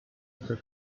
her